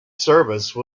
service